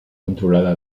controlada